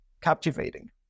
captivating